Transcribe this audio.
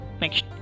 next